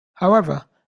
however